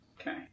Okay